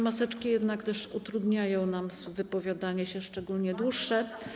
Maseczki jednak utrudniają nam wypowiadanie się, szczególnie to dłuższe.